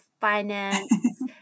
finance